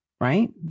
right